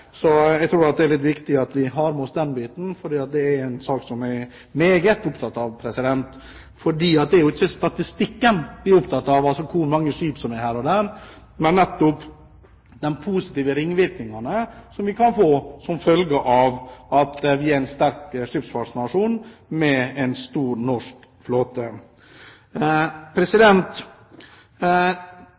Jeg tror det er viktig at vi har med oss den biten. Dette er en sak jeg er meget opptatt av. Det er ikke statistikken vi er opptatt av, altså hvor mange skip som er her og der, men de positive ringvirkningene vi kan få som følge av at vi er en sterk skipsfartsnasjon med en stor norsk flåte.